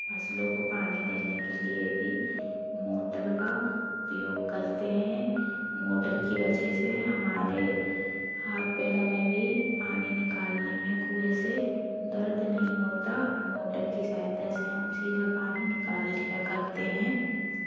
फसलों को पानी देने के लिए भी मोटर का उपयोग करते हैं मोटर की वजह से हमारे हाथ पैरों में भी पानी निकालने में कुएँ से दर्द नहीं होता मोटर की सहायता से हम सीधा पानी निकाल लिया करते हैं